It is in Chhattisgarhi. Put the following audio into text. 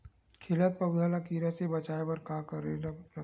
खिलत पौधा ल कीरा से बचाय बर का करेला लगथे?